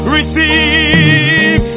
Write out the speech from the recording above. Receive